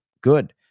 Good